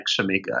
Shamika